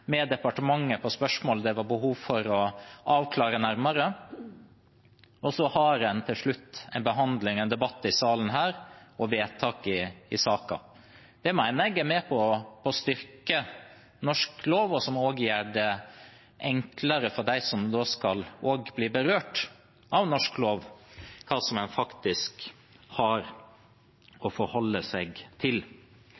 med departementet i spørsmål det var behov for å avklare nærmere. Så har man til slutt en debatt, behandling i salen her og vedtak i saken. Det mener jeg er med på å styrke norsk lov, noe som også gjør det enklere for dem som blir berørt av norsk lov, å vite hva man faktisk har